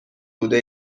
بوده